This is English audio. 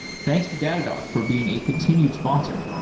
thanks to datadog for being a continued sponsor.